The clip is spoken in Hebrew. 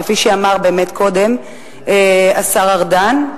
כפי שאמר קודם השר ארדן,